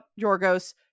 Yorgos